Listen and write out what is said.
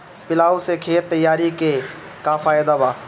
Plough से खेत तैयारी के का फायदा बा?